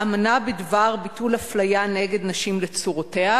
האמנה בדבר ביטול אפליה נגד נשים לצורותיה.